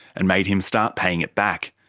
and made him start paying it back.